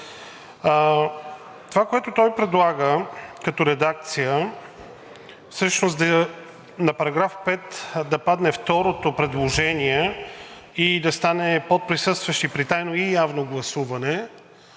Това, което той предлага като редакция на § 5 – да падне второто предложение и да стане „под присъстващи при тайно и явно гласуване“,